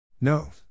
No